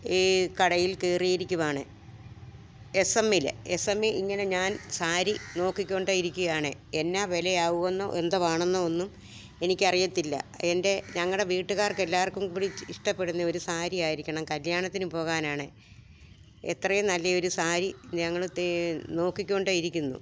ഈ കടയിൽ കയറിയിരിക്കുകയാണ് എസ് എമ്മില് എസ് എം ഇങ്ങനെ ഞാൻ സാരി നോക്കികൊണ്ടേയിരിക്കുകയാണ് എന്നാ വിലയാകുമെന്നോ എന്തവാണെന്നോ ഒന്നും എനിക്ക് അറിയത്തില്ല എൻ്റെ ഞങ്ങളുടെ വീട്ടുകാർക്കെല്ലാർക്കും കൂടി ഇഷ്ടപ്പെടുന്നയൊരു സാരി ആയിരിക്കണം കല്യാണത്തിന് പോകാനാണ് എത്രയും നല്ലെയൊരു സാരി ഞങ്ങള് നോക്കികൊണ്ടേയിരിക്കുന്നു